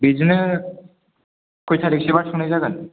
बिदिनो खय थारिकसोबा थांनाय जागोन